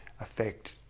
affect